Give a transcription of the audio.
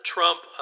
Trump